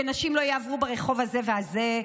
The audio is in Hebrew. שנשים לא יעברו ברחוב הזה והזה,